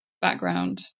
background